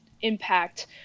impact